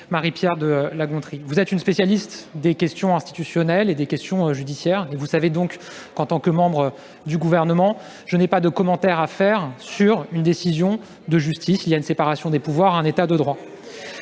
Marie-Pierre de La Gontrie, vous êtes une spécialiste des questions institutionnelles et des questions judiciaires. Vous savez donc qu'en tant que membre du Gouvernement je n'ai pas de commentaire à faire sur une décision de justice. C'est déjà fait ! Il y a une séparation des pouvoirs et un État de droit.